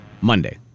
Monday